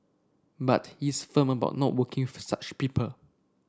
but he is firm about no working with such people